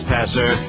Passer